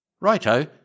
Righto